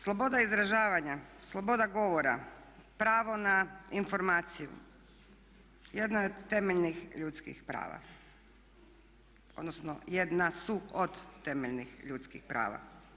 Sloboda izražavanja, sloboda govora, pravo na informaciju jedna je od temeljnih ljudskih prava, odnosno jedna su od temeljnih ljudskih prava.